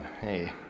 hey